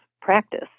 practice